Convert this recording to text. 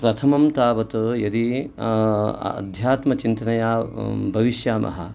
प्रथमं तावत् यदि अध्यात्मचिन्तनया भविष्यामः